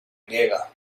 griega